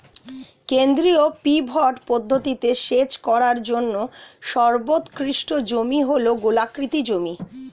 কেন্দ্রীয় পিভট পদ্ধতিতে সেচ করার জন্য সর্বোৎকৃষ্ট জমি হল গোলাকৃতি জমি